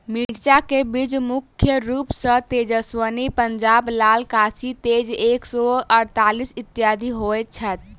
मिर्चा केँ बीज मुख्य रूप सँ तेजस्वनी, पंजाब लाल, काशी तेज एक सै अड़तालीस, इत्यादि होए छैथ?